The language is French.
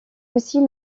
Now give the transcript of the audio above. aussi